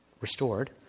restored